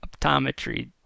optometry